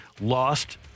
lost